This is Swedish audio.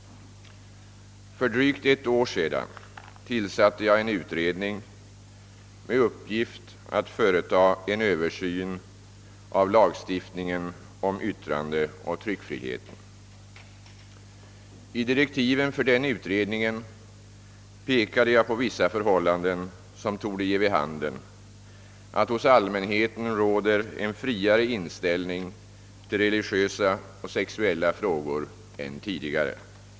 För drygt ett år sedan tillsatte jag en utredning med uppgift att företa en översyn av lagstiftningen om yttrandeoch tryckfriheten. I direktiven för denna utredning pekade jag på vissa förhållanden som torde ge vid handen att hos allmänheten råder en friare inställning till religiösa och sexuella frågor än tidigare.